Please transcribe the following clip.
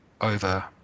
over